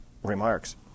remarks